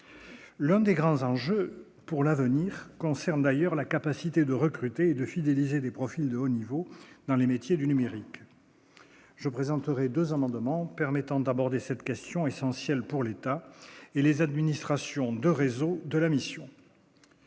L'un des grands enjeux pour l'avenir concerne d'ailleurs la capacité de recruter et de fidéliser des profils de haut niveau dans les métiers du numérique, je présenterai 2 ans demande permettant d'aborder cette question essentielle pour l'État et les administrations de réseaux de la mission.